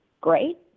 great